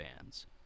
fans